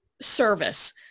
service